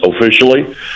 officially